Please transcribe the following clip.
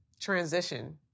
transition